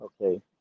okay